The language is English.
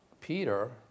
Peter